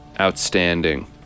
outstanding